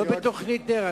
לא בתוכנית נ"ר.